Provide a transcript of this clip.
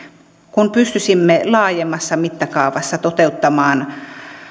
kun pystyisimme laajemmassa mittakaavassa toteuttamaan